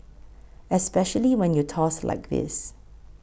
especially when you toss like this